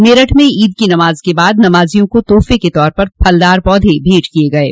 मेरठ में ईद की नमाज के बाद नमाजियों को तोहफे के तौर पर फलदार पौधे भेट किये गये